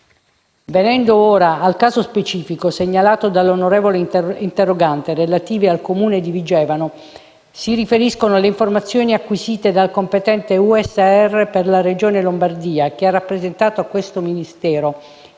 Venendo ora al caso specifico segnalato dall'onorevole interrogante, relativo al Comune di Vigevano, si riferiscono le informazioni acquisite dal competente ufficio scolastico regionale (USR) per la Lombardia, che ha rappresentato a questo Ministero